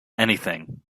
anything